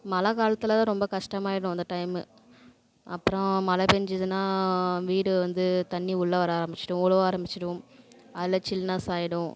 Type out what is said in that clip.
மழை காலத்தில் தான் ரொம்ப கஷ்டமாக ஆகிடும் அந்த டைம்மு அப்பறம் மழை பெய்ஞ்சிதுன்னா வீடு வந்து தண்ணி உள்ளே வர ஆரம்பிச்சுடும் ஒழுவ ஆரம்பிச்சுடும் அதில் சில்னஸ் ஆகிடும்